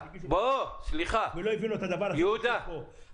כשאושרה התקנה הדוגמה שניתנה